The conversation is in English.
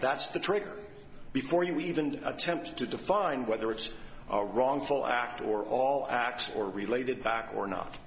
that's the trick before you even attempt to define whether it's a wrongful act or all acts or related back or not